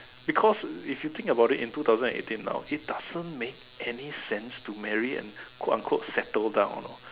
because if you think about it in two thousand and eighteen now it doesn't make any sense to marry and quote and unquote settle down